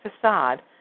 facade